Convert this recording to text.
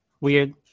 weird